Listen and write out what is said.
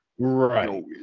Right